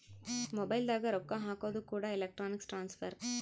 mobile ದಾಗ ರೊಕ್ಕ ಹಾಕೋದು ಕೂಡ ಎಲೆಕ್ಟ್ರಾನಿಕ್ ಟ್ರಾನ್ಸ್ಫರ್